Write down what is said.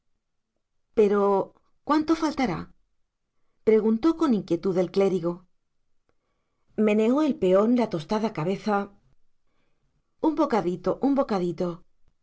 como cuánto faltará preguntó con inquietud el clérigo meneó el peón la tostada cabeza un bocadito un bocadito